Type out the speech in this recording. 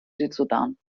südsudan